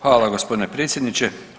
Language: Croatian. Hvala gospodine predsjedniče.